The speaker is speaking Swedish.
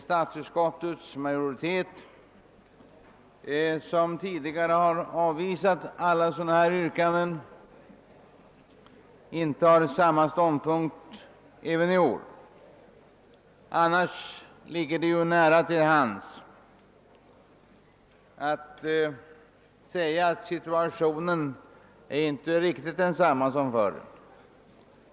Statsutskottets majoritet har tidigare avvisat alla sådana här yrkanden och intar samma ståndpunkt även i år. Annars ligger det nära till hands att säga att situationen inte är riktigt densamma som förr.